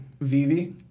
Vivi